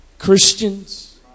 Christians